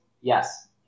Yes